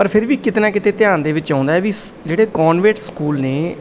ਪਰ ਫਿਰ ਵੀ ਕਿਤੇ ਨਾ ਕਿਤੇ ਧਿਆਨ ਦੇ ਵਿੱਚ ਆਉਂਦਾ ਵੀ ਸ ਜਿਹੜੇ ਕੋਂਨਵੇਟ ਸਕੂਲ ਨੇ